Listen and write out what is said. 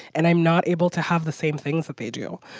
and i'm not able to have the same things that they do.